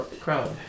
crowd